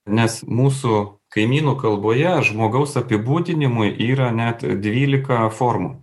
nes mūsų kaimynų kalboje žmogaus apibūdinimui yra net dvylika formų